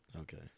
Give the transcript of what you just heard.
Okay